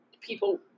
people